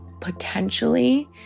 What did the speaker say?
potentially